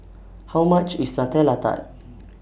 How much IS Nutella Tart